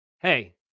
Hey